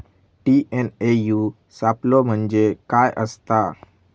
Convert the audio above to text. TNAU सापलो म्हणजे काय असतां?